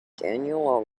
daniel